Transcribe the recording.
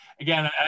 again